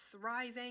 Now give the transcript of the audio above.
thriving